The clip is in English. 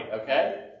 okay